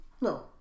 No